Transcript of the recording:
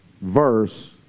verse